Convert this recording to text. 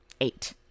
Eight